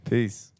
Peace